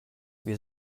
wir